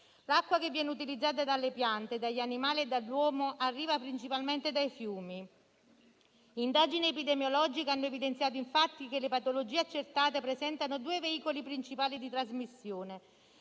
L'acqua che viene utilizzata dalle piante, dagli animali e dall'uomo arriva principalmente dai fiumi. Le indagini epidemiologiche hanno evidenziato, infatti, che le patologie accertate presentano due veicoli principali di trasmissione: